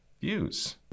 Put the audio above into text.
views